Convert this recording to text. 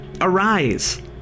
arise